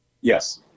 Yes